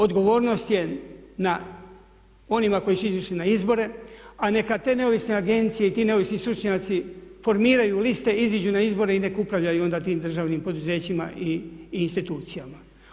Odgovornost je na onima koji su izašli na izbore a neka te neovisne agencije i ti neovisni stručnjaci formiraju liste, izađu na izbore i nek upravljaju onda tim državnim poduzećima i institucijama.